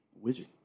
Wizard